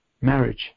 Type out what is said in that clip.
marriage